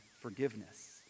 forgiveness